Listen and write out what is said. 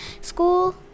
school